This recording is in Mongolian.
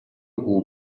хүү